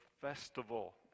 festival